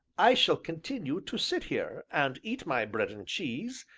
i shall continue to sit here, and eat my bread and cheese,